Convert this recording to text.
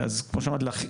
אז כמו שאמרתי,